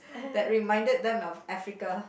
that reminded them of Africa